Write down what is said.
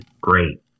great